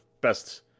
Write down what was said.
best